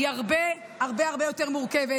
היא הרבה הרבה יותר מורכבת.